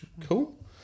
cool